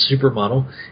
supermodel